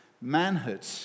manhood